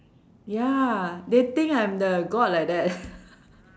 ya they think I'm the god like that